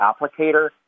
applicator